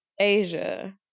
Asia